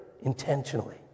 intentionally